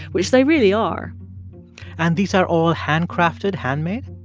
which they really are and these are all handcrafted, handmade?